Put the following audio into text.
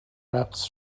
رقص